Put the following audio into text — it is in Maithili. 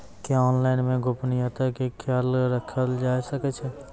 क्या ऑनलाइन मे गोपनियता के खयाल राखल जाय सकै ये?